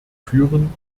führen